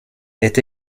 est